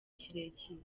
kirekire